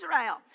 Israel